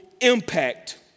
impact